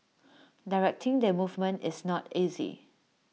directing their movement is not easy